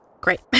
Great